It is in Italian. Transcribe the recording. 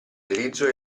utilizzo